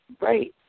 right